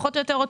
פחות או יותר.